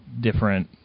different